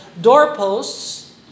doorposts